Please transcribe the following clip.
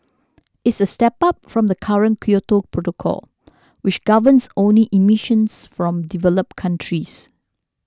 it is a step up from the current Kyoto Protocol which governs only emissions from developed countries